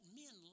men